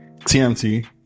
tmt